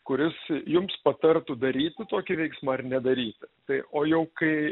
kuris jums patartų daryti tokį veiksmą ar nedaryti tai o jau kai